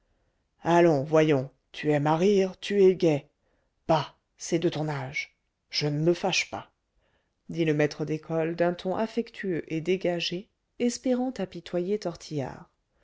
allons voyons tu aimes à rire tu es gai bah c'est de ton âge je ne me fâche pas dit le maître d'école d'un ton affectueux et dégagé espérant apitoyer tortillard